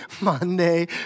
Monday